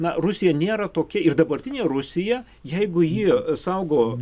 na rusija nėra tokia ir dabartinė rusija jeigu ji saugo